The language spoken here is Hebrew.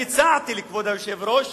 אני הצעתי לכבוד היושב-ראש